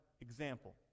example